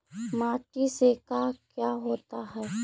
माटी से का क्या होता है?